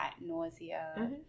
nausea